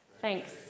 Thanks